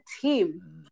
team